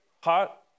hot